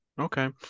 okay